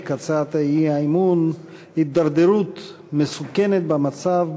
את הצעת האי-אמון: הידרדרות מסוכנת במצב,